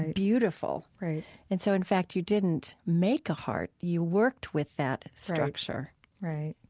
beautiful right and so in fact you didn't make a heart you worked with that structure right.